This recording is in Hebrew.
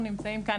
אנחנו נמצאים כאן,